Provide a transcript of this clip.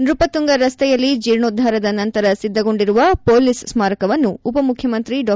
ನೃಪತುಂಗ ರಸ್ತೆಯಲ್ಲಿ ಜರ್ಣೋದ್ವಾರದ ನಂತರ ಸಿದ್ದಗೊಂಡಿರುವ ಪೊಲೀಸ್ ಸ್ನಾರಕವನ್ನು ಉಪ ಮುಖ್ಜಮಂತ್ರಿ ಡಾ